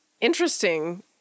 interesting